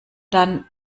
dann